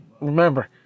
remember